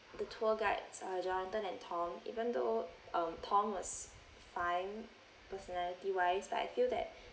the tour guides uh jonathan and tom even though um tom was fine personality wise but I feel that